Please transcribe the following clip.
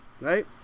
Right